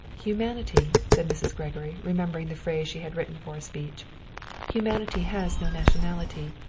humanity, said mrs. gregory, remembering the phrase she had written for a speech humanity has no nationality.